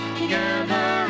together